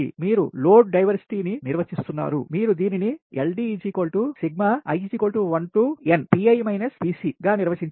మీరు load diversity ని నిర్వచిస్తున్నారు మీరు దీనిని LD i1nPi Pcనిర్వచించారు